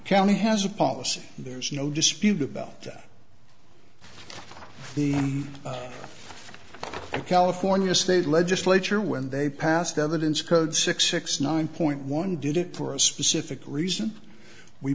county has a policy there's no dispute about the california state legislature when they passed evidence code six six nine point one did it for a specific reason we